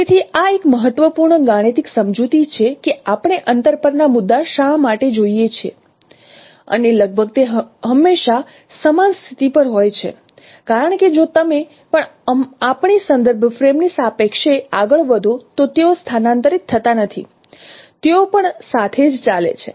તેથી આ એક મહત્વપૂર્ણ ગાણિતિક સમજૂતી છે કે આપણે અંતર પરના મુદ્દા શા માટે જોઈએ છીએ અને લગભગ તે હંમેશાં સમાન સ્થિતિ પર હોય છે કારણકે જો તમે પણ આપણી સંદર્ભ ફ્રેમની સાપેક્ષે આગળ વધો તો તેઓ સ્થાનાંતરિત થતા નથી તેઓ પણ સાથે જ ચાલે છે